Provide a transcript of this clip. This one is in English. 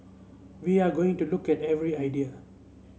we are going to look at every idea